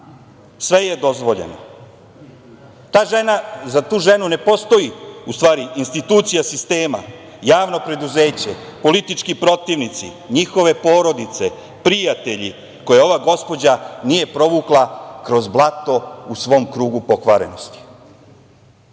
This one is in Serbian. Sve je dozvoljeno.Za tu ženu ne postoji u stvari institucija sistema, javno preduzeće, politički protivnici, njihove porodice, prijatelji koje ova gospođa nije provukla kroz blato u svom krugu pokvarenosti. Kada